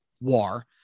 war